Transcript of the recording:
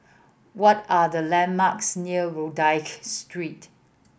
what are the landmarks near Rodyk Street